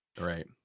right